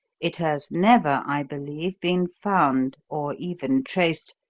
it has never, i believe, been found, or even traced,